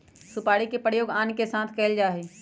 सुपारी के प्रयोग पान के साथ कइल जा हई